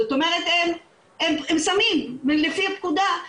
זאת אומרת הם סמים לפי הפקודה,